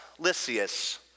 Lysias